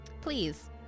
Please